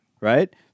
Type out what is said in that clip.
right